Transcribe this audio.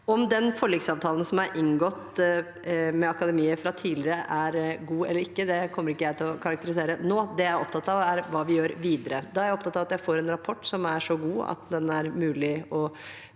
Om den forliksavtalen som er inngått med Akademiet tidligere, er god eller ikke, kommer ikke jeg til å karakterisere nå. Det jeg er opptatt av, er hva vi gjør videre. Da er jeg opptatt av å få en rapport som er så god at den er mulig å